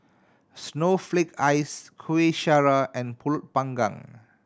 snowflake ice Kueh Syara and Pulut Panggang